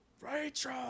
Rachel